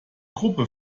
gruppe